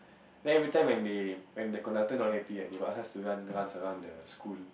then every time when they when the conductor not happy right they will ask us run rounds around the school